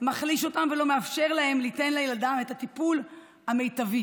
מחליש אותם ולא מאפשר להם ליתן לילדם את הטיפול המיטבי.